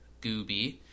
Gooby